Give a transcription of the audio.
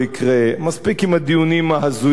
מספיק עם הדיונים ההזויים הללו.